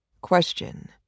Question